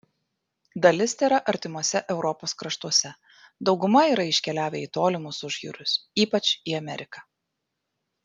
dalis tėra artimuose europos kraštuose dauguma yra iškeliavę į tolimus užjūrius ypač į ameriką